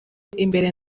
imbere